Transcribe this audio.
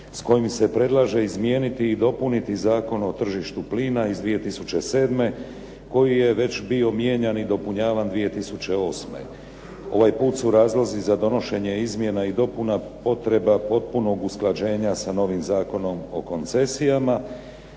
s kojim se predlaže izmijeniti i dopuniti Zakon o tržištu plina iz 2007. koji je već bio mijenjan i dopunjavan 2008. Ovaj put su razlozi za donošenje izmjena i dopuna potreba potpunog usklađenja sa novim Zakonom o koncesijama